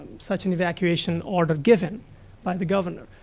such an evacuation order given by the governor.